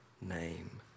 name